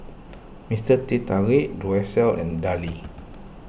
Mister Teh Tarik Duracell and Darlie